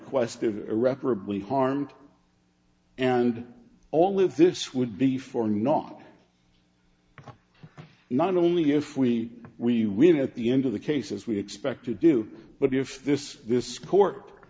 quest of irreparably harmed and all of this would be for not not only if we we win at the end of the case as we expect to do but if this this court